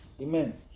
amen